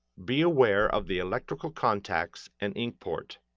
be aware of the electrical contacts and ink port.